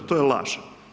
To je laž.